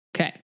Okay